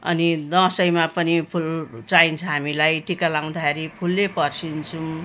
अनि दसैँमा पनि फुल चाहिन्छ हामीलाई टिका लगाउँदाखेरि फुलले पर्सिन्छौँ